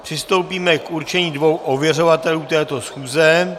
Přistoupíme k určení dvou ověřovatelů této schůze.